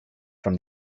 from